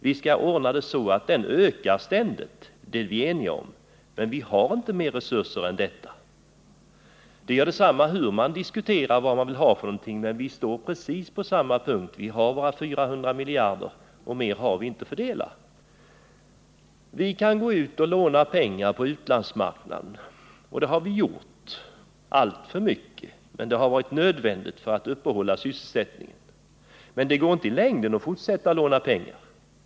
Vi är ense om att försöka se till att den ökar, men just nu har vi inte större resurser än så. Det gör detsamma hur man diskuterar vad man vill ha. Vi står på precis samma punkt. Vi har våra 400 miljarder kronor. Mer har vi inte att fördela. Vi kan låna pengar på utlandsmarknaden. Det har vi också gjort — alltför mycket, men det har varit nödvändigt för att uppehålla sysselsättningen. Det går dock inte i längden att fortsätta att låna pengar.